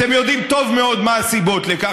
אתם יודעים טוב מאוד מה הסיבות לכך.